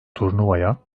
turnuvaya